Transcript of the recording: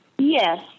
Yes